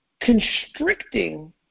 constricting